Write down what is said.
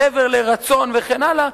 מעבר לרצון וכן הלאה,